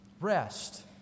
Rest